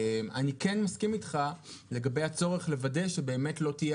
אני כן מסכים איתך לגבי הצורך לוודא שבאמת לא תהיה